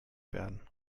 werden